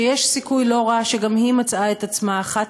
שיש סיכוי לא רע שגם היא מצאה את עצמה אחת